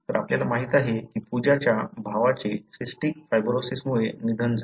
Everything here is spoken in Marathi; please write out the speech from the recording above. तर आपल्याला माहित आहे की पूजाच्या भावाचे सिस्टिक फायब्रोसिसमुळे निधन झाले